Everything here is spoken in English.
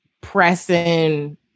pressing